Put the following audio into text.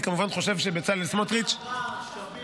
אני כמובן חושב שבצלאל סמוטריץ' --- היה בעבר שמיר,